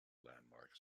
landmarks